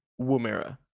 Woomera